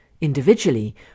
Individually